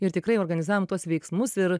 ir tikrai organizavom tuos veiksmus ir